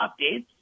updates